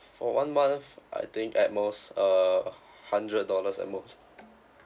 for one month I think at most err hundred dollars at most